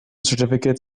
certificate